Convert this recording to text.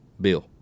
Bill